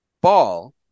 ball